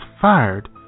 fired